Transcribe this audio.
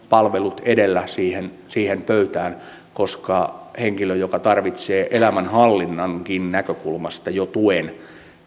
palvelut edellä siihen siihen pöytään koska jos henkilö tarvitsee jo elämänhallinnankin näkökulmasta tuen